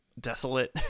desolate